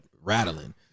rattling